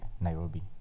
nairobi